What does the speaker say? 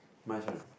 my turn